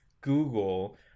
Google